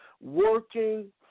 working